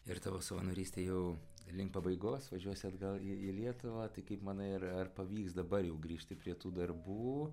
ir tavo savanorystė jau link pabaigos važiuosi atgal į į lietuvą tai kaip manai ar ar pavyks dabar jau grįžti prie tų darbų